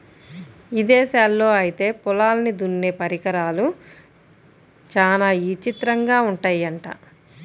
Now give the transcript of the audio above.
ఇదేశాల్లో ఐతే పొలాల్ని దున్నే పరికరాలు చానా విచిత్రంగా ఉంటయ్యంట